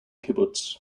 kibbutz